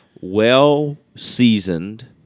well-seasoned